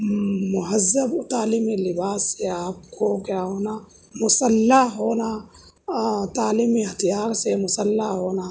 مہذب اور تعلیمی لباس سے آپ کو کیا ہونا مسلح ہونا اور تعلیمی ہتھیار سے مسلح ہونا